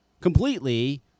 completely